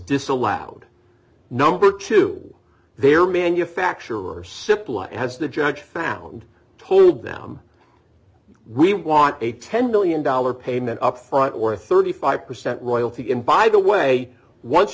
disallowed number to their manufacturer cipla as the judge found told them we want a ten million dollars payment up front or thirty five percent royalty and by the way once